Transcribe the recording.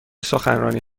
سخنرانی